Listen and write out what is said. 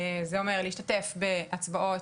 כלומר, זה אומר להשתתף בהצבעות,